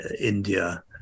India